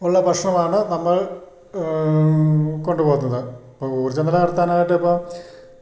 ഉള്ള ഭക്ഷണമാണ് നമ്മൾ കൊണ്ടുപോകുന്നത് ഇപ്പോൾ ഊര്ജ്ജം നിലനിര്ത്താനായിട്ടിപ്പോൾ